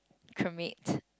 cremate